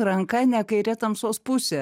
ranka ne kairė tamsos pusė